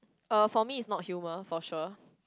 uh for me it's not humour for sure